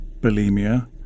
bulimia